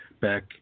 back